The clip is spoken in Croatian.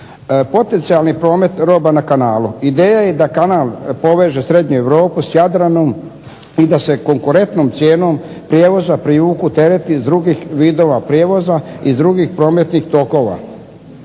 Potencijalni promet roba na kanalu. Ideja je da kanal poveže srednju Europu s Jadranom i da se konkurentnom cijenom prijevoza privuku tereti iz drugih vidova prijevoza i s drugih prometnih tokova.